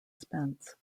spence